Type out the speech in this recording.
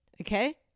okay